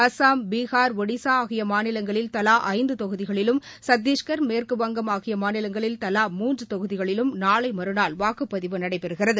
அஸ்ஸாம் பீகார் ஒடிஸா ஆகிய மாநிலங்களில் தலா ஐந்து தொகுதிகளிலும் சத்திஷ்கர் மேற்குவங்கம் ஆகிய மாநிலங்களில் தலா மூன்று தொகுதிகளிலும் நாளை மறுநாள் வாக்குப்பதிவு நடைபெறுகிறது